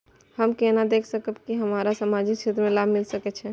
हम केना देख सकब के हमरा सामाजिक क्षेत्र के लाभ मिल सकैये?